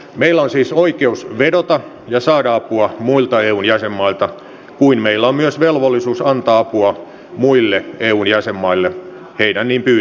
meillä on siis oikeus vedota ja saada apua muilta eun jäsenmailta kuten meillä on myös velvollisuus antaa apua muille eun jäsenmaille heidän niin pyytäessään